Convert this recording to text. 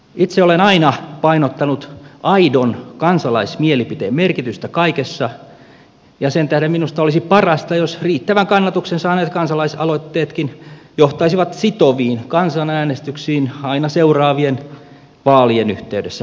itse olen aina painottanut aidon kansalaismielipiteen merkitystä kaikessa ja sen tähden minusta olisi parasta jos riittävän kannatuksen saaneet kansalaisaloitteetkin johtaisivat sitoviin kansanäänestyksiin aina seuraavien vaalien yhteydessä vaikkapa